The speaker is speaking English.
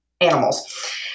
animals